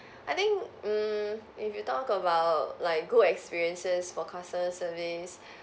I think mm if you talk about like good experiences for customer service